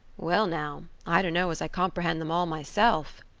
well now, i dunno as i comprehend them all myself,